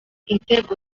inzego